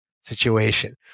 situation